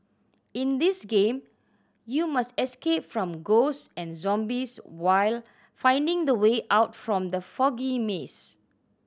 in this game you must escape from ghosts and zombies while finding the way out from the foggy maze